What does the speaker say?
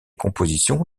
compositions